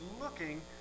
looking